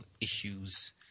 issues